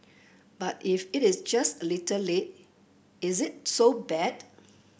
but if it is just a little late is it so bad